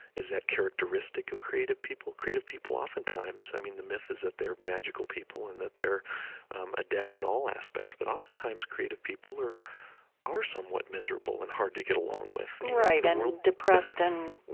is that characteristic of creative people? creative people oftentimes, i mean, the myth is that they're magical people and that they're adept in all aspects. but oftentimes, creative people are are somewhat miserable and hard to get along with right and depressed and,